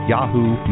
Yahoo